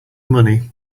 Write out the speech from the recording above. money